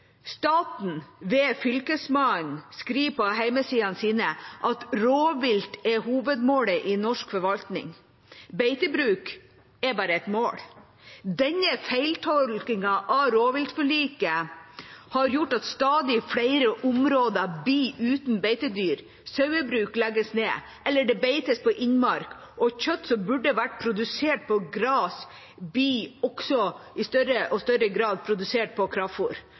staten, ved Fylkesmannen, skriver på hjemmesidene sine at rovvilt er hovedmålet i norsk forvaltning. Beitebruk er bare et mål. Denne feiltolkningen av rovviltforliket har gjort at stadig flere områder blir uten beitedyr. Sauebruk legges ned, eller det beites på innmark. Kjøtt som burde vært produsert på gras, blir også i større og større grad produsert på